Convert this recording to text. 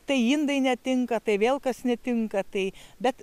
tai indai netinka tai vėl kas netinka tai bet